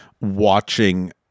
watching